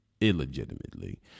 Illegitimately